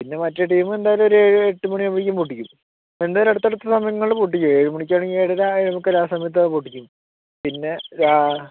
പിന്നെ മറ്റേ ടീം എന്തായാലും ഒരു ഏഴ് എട്ടു മണിയൊക്കെ ആകുമ്പോഴേക്കും പൊട്ടിക്കും എന്തായാലും അടുത്തടുത്ത സമയങ്ങളിൽ പൊട്ടിക്കും ഏഴു മണിക്കാണെങ്കിൽ ഏഴര ഏഴേ മുക്കാൽ ആ സമയത്തൊക്കെ പൊട്ടിക്കും പിന്നെ